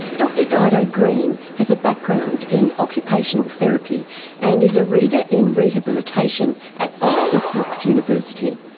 dr dido green has a background in occupational therapy and is a reader in rehabilitation at oxford brookes university.